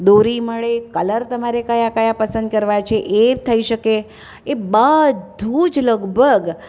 દોરી મળે કલર તમારે કયા કયા પસંદ કરવા છે એ થઈ શકે એ બધું જ લગભગ